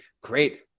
great